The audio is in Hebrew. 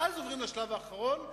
ואז עוברים לשלב האחרון,